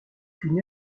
qu’une